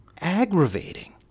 aggravating